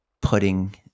putting